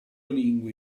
lingue